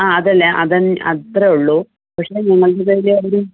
ആ അത് തന്നെ അത് അത്രയും ഉള്ളു പക്ഷേ ഞങ്ങളിതെല്ലാം കൂടി